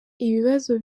ibibazo